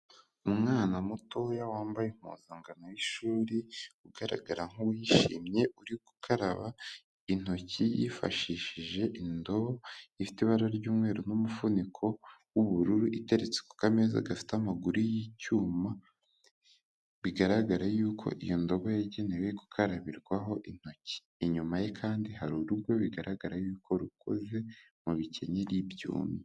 Umwana mutoya wambaye impuzangano y'ishuri, ugaragara nk'uwishimye, uri gukaraba intoki yifashishije indobo ifite ibara ry'umweru n'umufuniko w'ubururu, uteretse ku kameza gafite amaguru y'icyuma bigaragara yuko iyo ndobo yagenewe gukarabirwaho intoki, inyuma ye kandi hari urugo bigaragara yuko rukoze mu bikenyeri byumye.